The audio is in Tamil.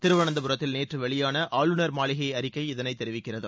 திருவனந்தபுரத்தில் நேற்று வெளியான ஆளுநர் மாளிகை அறிக்கை இதனை தெரிவிக்கிறது